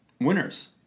winners